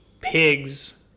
pigs